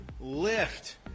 Lift